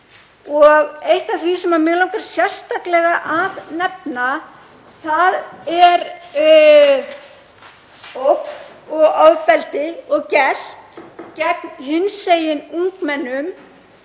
Eitt af því sem mig langar sérstaklega að nefna er ógn og ofbeldi og gelt gegn hinsegin ungmennum.